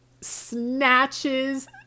snatches